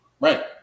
Right